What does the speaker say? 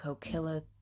Killer